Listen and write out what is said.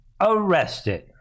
arrested